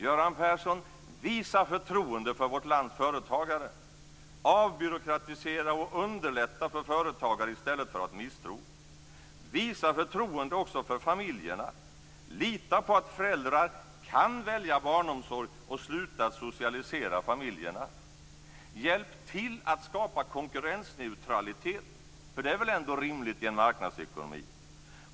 Göran Persson, visa förtroende för vårt lands företagare, avbyråkratisera och underlätta för företagare i stället för att misstro, visa förtroende också för familjerna, lita på att föräldrar kan välja barnomsorg och sluta socialisera familjerna! Hjälp till med att skapa konkurrensneutralitet, för det är väl ändå rimligt i en marknadsekonomi!